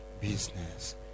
business